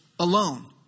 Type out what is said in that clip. Alone